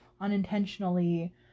unintentionally